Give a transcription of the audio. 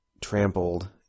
trampled